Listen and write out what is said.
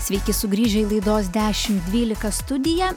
sveiki sugrįžę į laidos dešimt dvylika studiją